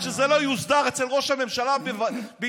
עד שזה לא יוסדר אצל ראש הממשלה בישיבה,